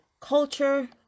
culture